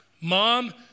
Mom